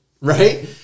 right